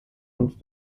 und